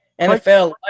NFL